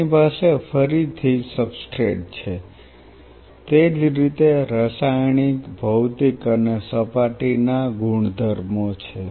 આપણી પાસે ફરીથી સબસ્ટ્રેટ છે તેજ રીતે રાસાયણિક ભૌતિક અને સપાટીના ગુણધર્મો છે